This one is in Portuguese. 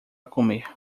comer